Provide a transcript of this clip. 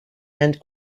and